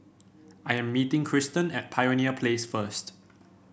I am meeting Kristan at Pioneer Place first